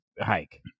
hike